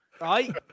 right